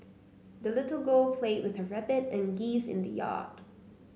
the little girl played with her rabbit and geese in the yard